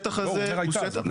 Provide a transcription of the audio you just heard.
לא, הוא אומר הייתה.